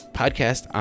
podcast